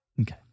Okay